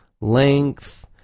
length